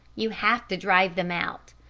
you have to drive them out.